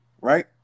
right